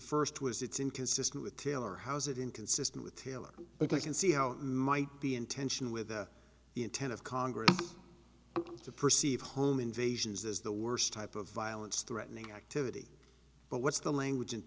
first was it's inconsistent with taylor how's it inconsistent with taylor but i can see how it might be intention with the intent of congress to perceive home invasions as the worst type of violence threatening activity but what's the language